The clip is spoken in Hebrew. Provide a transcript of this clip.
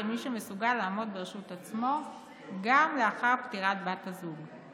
כמי שמסוגל לעמוד ברשות עצמו גם לאחר פטירת בת הזוג.